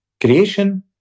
Creation